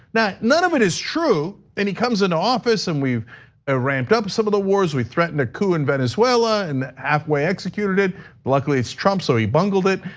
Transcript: now, none of it is true. and he comes into office and we've ah ramped up some of the wars. we threatened a coup in venezuela and halfway executed. but luckily, it's trump. so he bungled it,